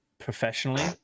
Professionally